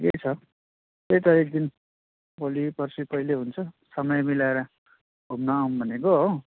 ठिकै छ त्यही त एकदिन भोलि पर्सि कहिले हुन्छ समय मिलाएर घुम्नु आउँ भनेको हो